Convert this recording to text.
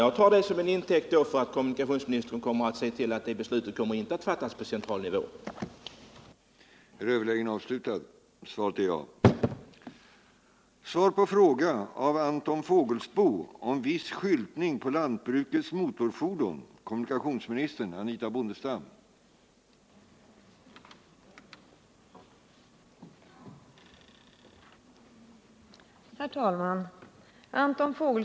Jag tar det till intäkt för att uttala förhoppningen att kommunikationsministern kommer att se till att beslutet, som går emot regionens intresse, inte kommer att fattas på central nivå.